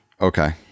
Okay